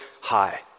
high